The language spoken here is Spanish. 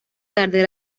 tarde